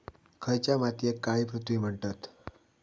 खयच्या मातीयेक काळी पृथ्वी म्हणतत?